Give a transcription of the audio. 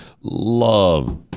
Love